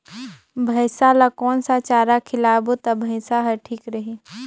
भैसा ला कोन सा चारा खिलाबो ता भैंसा हर ठीक रही?